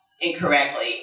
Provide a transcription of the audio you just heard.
incorrectly